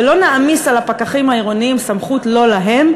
ולא נעמיס על הפקחים העירוניים סמכות לא להם,